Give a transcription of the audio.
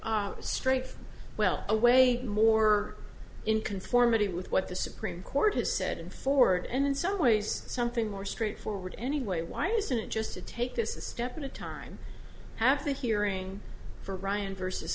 strength well away more in conformity with what the supreme court has said and forward and in some ways something more straightforward anyway why isn't it just to take this a step at a time after the hearing for ryan versus